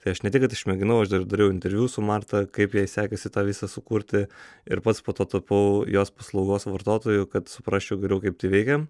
tai aš ne tik kad išmėginau aš dar dariau interviu su marta kaip jai sekasi tą visą sukurti ir pats po to tapau jos paslaugos vartotoju kad suprasčiau geriau kaip tai veikia